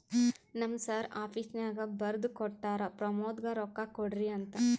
ನಮ್ ಸರ್ ಆಫೀಸ್ನಾಗ್ ಬರ್ದು ಕೊಟ್ಟಾರ, ಪ್ರಮೋದ್ಗ ರೊಕ್ಕಾ ಕೊಡ್ರಿ ಅಂತ್